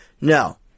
no